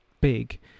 big